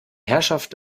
herrschaft